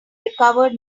recovered